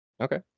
Okay